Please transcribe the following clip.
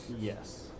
Yes